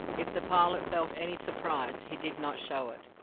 if the pilot felt any surprise, he did not show it.